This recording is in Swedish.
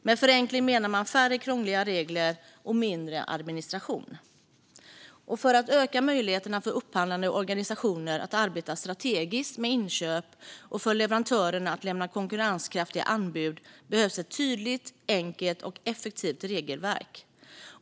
Med förenkling menar man färre krångliga regler och mindre administration. För att öka möjligheterna för upphandlande organisationer att arbeta strategiskt med inköp och för leverantörerna att lämna konkurrenskraftiga anbud behövs ett tydligt, enkelt och effektivt regelverk.